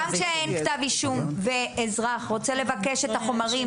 גם כשאין כתב אישום ואזרח רוצה לבקש את החומרים